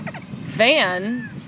van